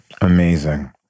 amazing